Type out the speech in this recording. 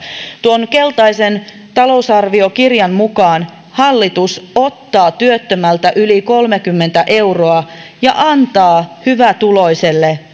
tuon keltaisen talousarviokirjan mukaan hallitus ottaa työttömältä yli kolmekymmentä euroa ja antaa hyvätuloiselle